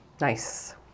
Nice